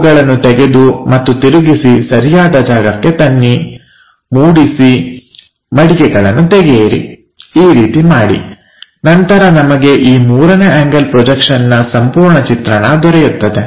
ಅವುಗಳನ್ನು ತೆಗೆದು ಮತ್ತು ತಿರುಗಿಸಿ ಸರಿಯಾದ ಜಾಗಕ್ಕೆ ತನ್ನಿ ಮೂಡಿಸಿ ಮಡಿಕೆಗಳನ್ನು ತೆಗೆಯಿರಿ ಈ ರೀತಿ ಮಾಡಿ ನಂತರ ನಮಗೆ ಈ ಮೂರನೇ ಆಂಗಲ್ ಪ್ರೊಜೆಕ್ಷನ್ನ ಸಂಪೂರ್ಣ ಚಿತ್ರಣ ದೊರೆಯುತ್ತದೆ